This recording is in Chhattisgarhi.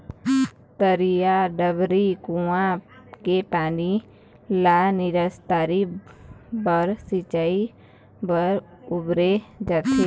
तरिया, डबरी, कुँआ के पानी ल निस्तारी बर, सिंचई बर बउरे जाथे